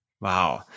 Wow